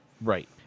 right